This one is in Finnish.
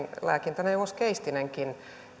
lääkintäneuvos keistinenkin